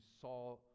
saw